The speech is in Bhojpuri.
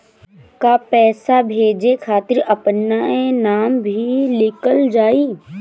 का पैसा भेजे खातिर अपने नाम भी लिकल जाइ?